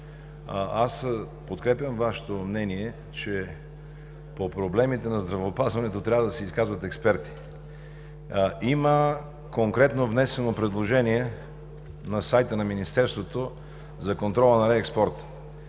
Аз подкрепям Вашето мнение, че по проблемите на здравеопазването трябва да се изказват експерти. Има конкретно внесено предложение на сайта на Министерството за контрола на реекспорта.